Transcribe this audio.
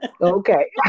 Okay